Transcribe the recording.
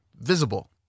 visible